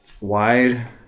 wide